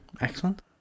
Excellent